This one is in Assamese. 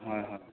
হয় হয়